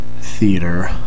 theater